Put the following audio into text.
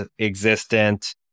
existent